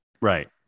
Right